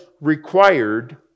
required